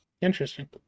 interesting